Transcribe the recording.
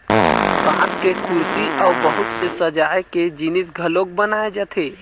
बांस के कुरसी अउ बहुत से सजाए के जिनिस घलोक बनाए जाथे